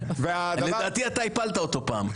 לדעתי אתה הפלת אותה פעם.